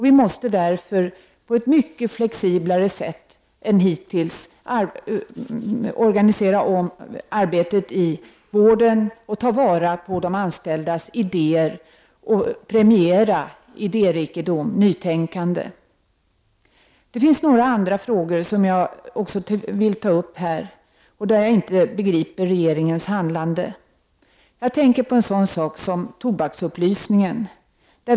Vi måste därför på ett mycket flexiblare sätt än hittills organisera om arbetet i vården och ta vara på de anställdas idéer samt premiera idérikedom och nytänkande. Jag vill också ta upp några andra faktorer, i fråga om vilka jag inte begriper regeringens handlande. Jag tänker på en sådan sak som tobaksupplysningen.